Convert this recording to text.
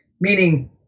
meaning